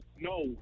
No